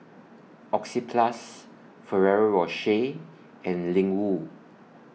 Oxyplus Ferrero Rocher and Ling Wu